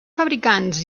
fabricants